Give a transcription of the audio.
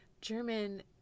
german